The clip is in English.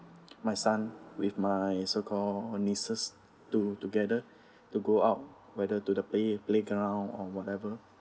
my son with my so call nieces to~ together to go out whether to the play~ playground or whatever